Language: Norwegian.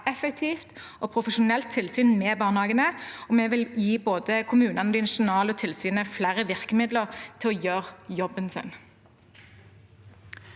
effektivt og profesjonelt tilsyn med barnehagene. Vi vil gi både kommunene og det nasjonale tilsynet flere virkemidler til å gjøre jobben sin.